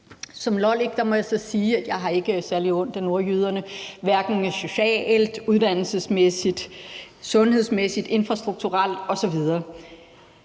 Som lollik må jeg så sige, at jeg ikke har særlig ondt af nordjyderne, hverken socialt, uddannelsesmæssigt, sundhedsmæssigt eller infrastrukturelt osv.